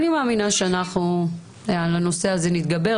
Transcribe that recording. אני מאמינה שאנחנו נתגבר על הנושא הזה,